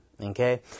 okay